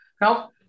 Now